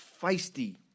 feisty